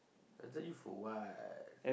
I tell you for what